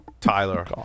Tyler